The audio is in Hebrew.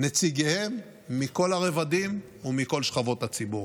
נציגיהם מכל הרבדים ומכל שכבות הציבור.